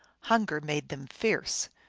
hunger made them fierce.